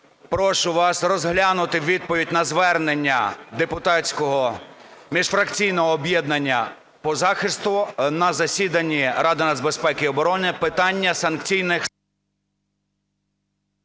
прошу вас розглянути відповідь на звернення депутатського міжфракційного об'єднання по захисту на засіданні Ради нацбезпеки і оборони